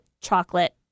chocolate